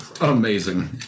Amazing